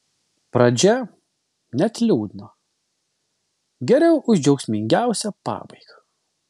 pradžia net liūdna geriau už džiaugsmingiausią pabaigą